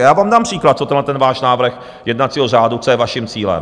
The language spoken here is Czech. Já vám dám příklad, co tenhleten váš návrh jednacího řádu, co je vaším cílem.